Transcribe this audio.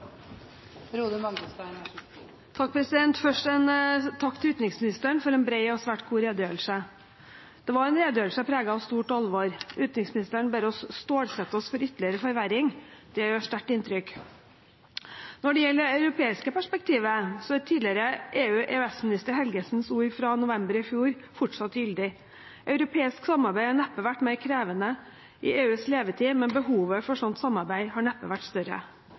til utenriksministeren for en bred og svært god redegjørelse. Det var en redegjørelse preget av stort alvor. Utenriksministeren ber oss stålsette oss for ytterligere forverring. Det gjør sterkt inntrykk. Når det gjelder det europeiske perspektivet, er tidligere EØS- og EU-minister Helgesens ord fra november i fjor fortsatt gyldig: «Europeisk samarbeid har neppe vært vanskeligere i EUs levetid. Men behovet for europeisk samarbeid har neppe vært større.»